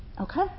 Okay